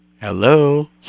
Hello